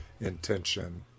intention